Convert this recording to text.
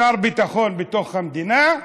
שר ביטחון בתוך המדינה,